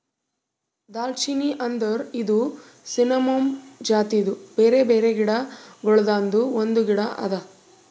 ದಾಲ್ಚಿನ್ನಿ ಅಂದುರ್ ಇದು ಸಿನ್ನಮೋಮಮ್ ಜಾತಿದು ಬ್ಯಾರೆ ಬ್ಯಾರೆ ಗಿಡ ಗೊಳ್ದಾಂದು ಒಂದು ಗಿಡ ಅದಾ